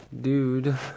dude